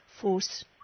force